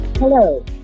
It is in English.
Hello